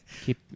keep